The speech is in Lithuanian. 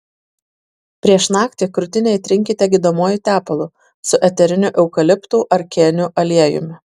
prieš naktį krūtinę įtrinkite gydomuoju tepalu su eteriniu eukaliptų ar kėnių aliejumi